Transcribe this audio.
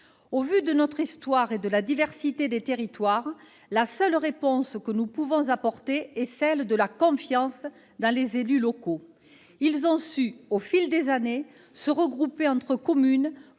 Au vu de notre histoire et de la diversité des territoires, la seule réponse que nous pouvons apporter est celle de la confiance dans les élus locaux. Ils ont su, au fil des années, se regrouper entre communes